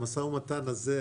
המשא ומתן הזה,